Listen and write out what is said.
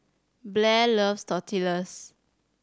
Blair loves Tortillas